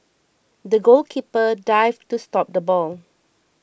the goalkeeper dived to stop the ball